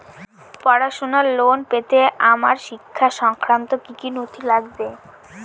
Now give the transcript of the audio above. পড়াশুনোর লোন পেতে আমার শিক্ষা সংক্রান্ত কি কি নথি লাগবে?